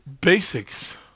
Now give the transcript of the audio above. basics